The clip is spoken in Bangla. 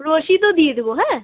রসিদও দিয়ে দেবো হ্যাঁ